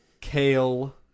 kale